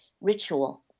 ritual